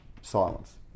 silence